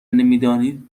نمیدانید